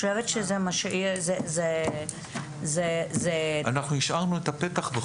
בכל מקרה השארנו את הפתח.